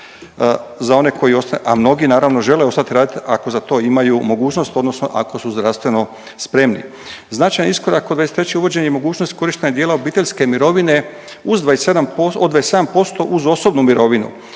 za one koji ostanu, a mnogi naravno žele ostati raditi ako za to imaju mogućnost, odnosno ako su zdravstveno spremni. Značajan je iskorak od 2023. uvođenje i mogućnost korištenja dijela obiteljske mirovine od 27% uz osobnu mirovinu